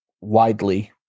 widely